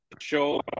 show